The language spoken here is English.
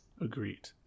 agreed